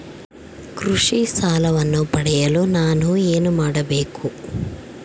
ಕೃಷಿ ಸಾಲವನ್ನು ಪಡೆಯಲು ನಾನು ಏನು ಮಾಡಬೇಕು?